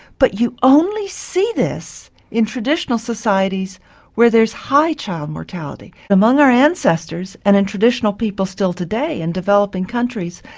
but you only see this in traditional societies where there's high child mortality. among our ancestors and in traditional people still today in developing countries,